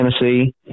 Tennessee